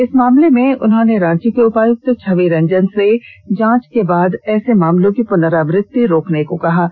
इस मामले में उन्होंने रांची के उपायुक्त छवि रंजन से जांच के बाद ऐसे मामलों की पुनरावृत्ति रोकने को कहा है